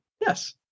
Yes